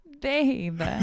Babe